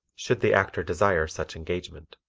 should the actor desire such engagement.